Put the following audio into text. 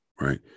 Right